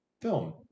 film